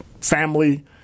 family